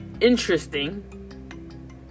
interesting